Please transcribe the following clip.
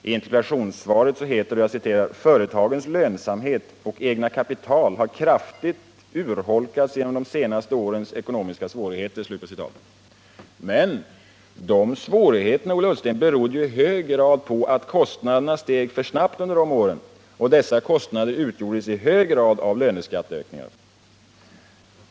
I interpellationssvaret heter det: ”Företagens lönsamhet och egna kapital har kraftigt urholkats genom de senaste årens ekonomiska svårigheter.” Men de svårigheterna, Ola Ullsten, berodde i hög grad på att kostnaderna steg för snabbt under de åren, och dessa kostnader utgjordes i hög grad av löneskatteökningar.